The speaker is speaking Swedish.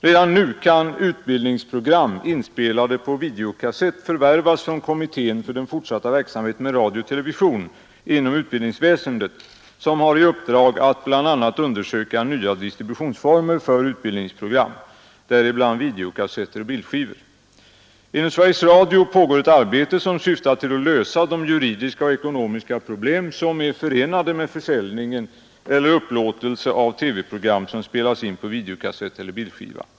Redan nu kan utbildningsprogram inspelade på videokassett förvärvas från kommittén för den fortsatta verksamheten med television och radio inom utbildningsväsendet, som har i uppdrag att bl.a. undersöka nya distributionsformer för utbildningsprogram, däribland videokassetter och bildskivor. Inom Sveriges Radio pågår ett arbete som syftar till att lösa de juridiska och ekonomiska problem som är förenade med försäljning eller upplåtelse av TV-program som spelats in på videokassett eller bildskiva.